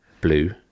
blue